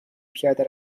پیاده